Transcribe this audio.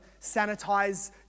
sanitize